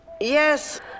Yes